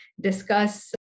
discuss